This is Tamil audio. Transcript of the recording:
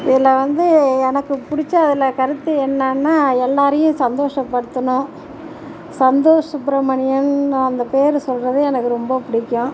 இதில் வந்து எனக்கு பிடிச்ச இதில் கருத்து என்னென்னா எல்லாரையும் சந்தோஷ படுத்தின சந்தோஷ் சுப்ரமணியம்னு அந்த பேர் சொல்றது ரொம்ப பிடிக்கும்